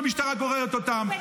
המשטרה גוררת אותם,